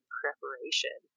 preparation